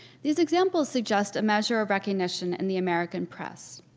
these examples suggest a measure of recognition in the american press,